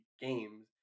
games